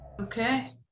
Okay